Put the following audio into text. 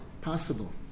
possible